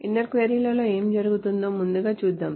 inner query లో ఏమి జరుగుతుందో ముందుగా చూద్దాం